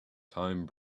time